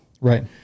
Right